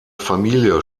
familie